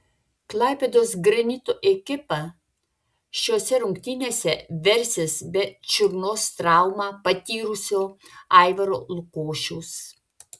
klaipėdos granito ekipa šiose rungtynėse versis be čiurnos traumą patyrusio aivaro lukošiaus